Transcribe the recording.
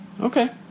okay